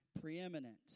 preeminent